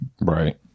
right